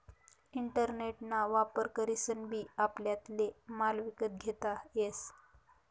internet ना वापर करीसन बी आपल्याले माल विकता येस